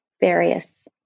various